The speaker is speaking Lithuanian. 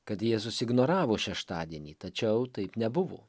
kad jėzus ignoravo šeštadienį tačiau taip nebuvo